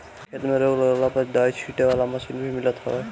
खेते में रोग लागला पअ दवाई छीटे वाला मशीन भी मिलत हवे